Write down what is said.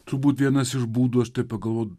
turbūt vienas iš būdų aš taip pagalvo